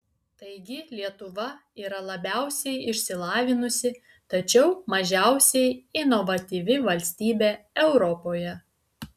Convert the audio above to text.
taigi lietuva yra labiausiai išsilavinusi tačiau mažiausiai inovatyvi valstybė europoje